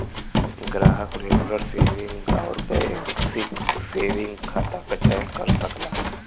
ग्राहक regular saving आउर basic saving खाता क चयन कर सकला